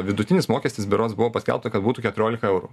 vidutinis mokestis berods buvo paskelbta kad būtų keturiolika eurų